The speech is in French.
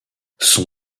son